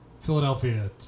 Philadelphia